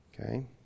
Okay